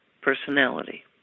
personality